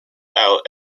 out